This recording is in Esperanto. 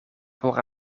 por